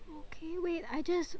okay wait I just